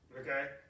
Okay